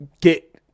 get